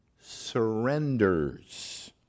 surrenders